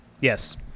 Yes